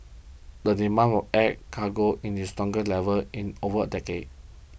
the demand air cargo in it's stronger level in over decade